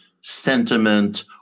sentiment